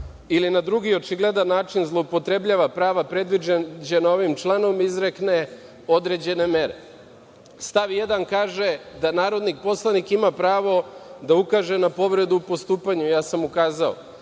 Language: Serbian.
ili na drugi očigledan način zloupotrebljava prava predviđena ovim članom izrekne određene mere. Stav 1. kaže – da narodni poslanik ima pravo da ukaže na povredu postupanja. Ja sam ukazao.